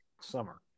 summer